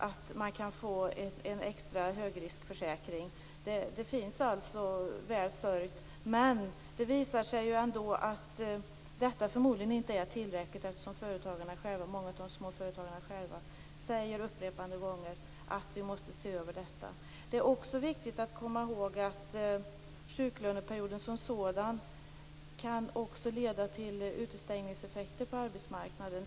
Det är väl sörjt för dem. Men detta är förmodligen inte tillräckligt, eftersom många av de små företagarna upprepade gånger har sagt att systemet måste ses över. Det är också viktigt att komma ihåg att sjuklöneperioden som sådan kan leda till utestängningseffekter på arbetsmarknaden.